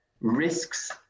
risks